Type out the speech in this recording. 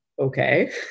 okay